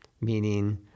meaning